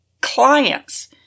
clients